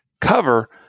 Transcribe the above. cover